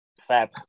Fab